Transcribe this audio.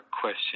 question